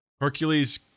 Hercules